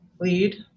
lead